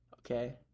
Okay